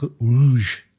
Rouge